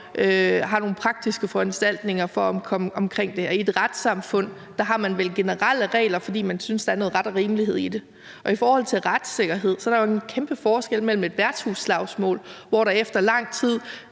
har nogle praktiske foranstaltninger for at komme omkring det. I et retssamfund har man vel generelle regler, fordi man synes, at der er noget ret og rimelighed i det? I forhold til retssikkerhed er der jo en kæmpe forskel mellem et værtshusslagsmål, hvor der efter lang tid